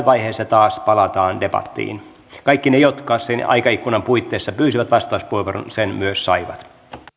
vaiheessa taas palataan debattiin kaikki ne jotka sen aikaikkunan puitteissa pyysivät vastauspuheenvuoron sen myös saivat